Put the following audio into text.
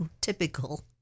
typical